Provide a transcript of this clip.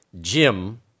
Jim